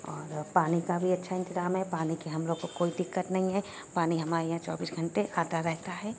اور پانی کا بھی اچھا انتظام ہے پانی کی ہم لوگوں کو کوئی دقت نہیں ہے پانی ہمارے یہاں چوبیس گھنٹے آتا رہتا ہے